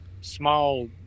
small